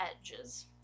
edges